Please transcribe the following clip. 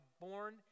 born